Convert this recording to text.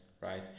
right